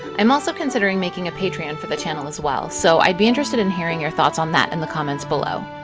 i'm also considering making a patreon for the channel as well, so i'd be interested in hearing your thoughts on that in the comments below.